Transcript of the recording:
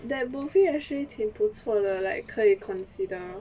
that movie actually 挺不错的 like 可以 consider